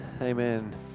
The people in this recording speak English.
Amen